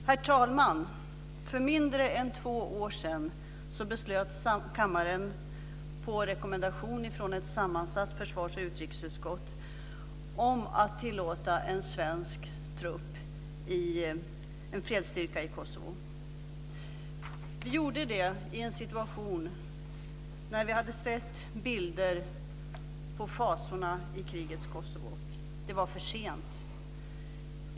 Herr talman! För mindre än två år sedan beslöt kammaren, på rekommendation från ett sammansatt försvars och utrikesutskott, om att tillåta svensk trupp i en fredsstyrka i Kosovo. Vi gjorde det i en situation där vi hade sett bilder på folkmassorna i krigets Kosovo. Det var för sent.